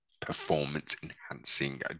performance-enhancing